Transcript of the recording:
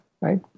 right